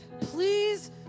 please